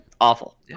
Awful